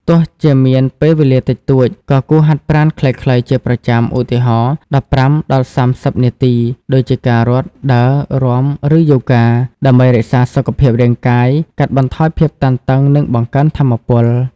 ទោះជាមានពេលវេលាតិចតួច ក៏គួរហាត់ប្រាណខ្លីៗជាប្រចាំ ឧទាហរណ៍ ១៥-៣០ នាទី ដូចជា ការរត់ ដើរ រាំ ឬយូហ្គា ដើម្បីរក្សាសុខភាពរាងកាយ កាត់បន្ថយភាពតានតឹង និងបង្កើនថាមពល។